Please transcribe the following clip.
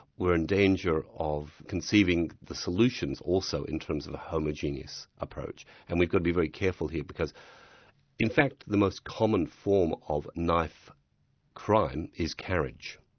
we're in danger of conceiving the solutions also in terms of the homogenous approach, and we've got to be very careful here because in fact the most common form of knife crime is carriage,